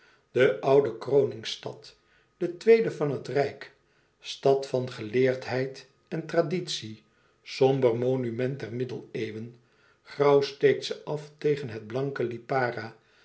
de oude kroningsstad de tweede van het rijk stad van geleerdheid en traditie somber monument der middeneeuwen grauw steekt ze af tegen het blanke lipara